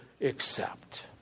accept